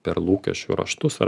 per lūkesčių raštus ar